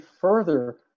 further